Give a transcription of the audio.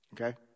Okay